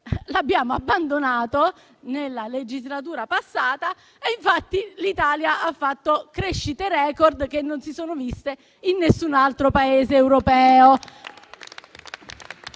l'abbiamo abbandonato, nella legislatura passata; infatti l'Italia ha registrato crescite record, che non si sono viste in nessun altro Paese europeo.